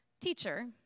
teacher